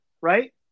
Right